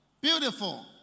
Beautiful